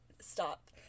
stop